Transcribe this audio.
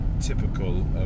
typical